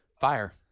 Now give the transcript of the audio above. fire